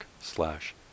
slash